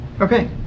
okay